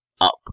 up